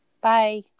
bye